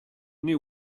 knew